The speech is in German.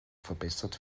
verbessert